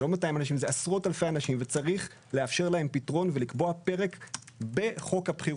זה עשרות אלפי אנשים שצריך לאפשר להם פתרון ולקבוע פרק בחוק הבחירות